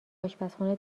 اشپزخونه